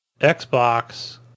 Xbox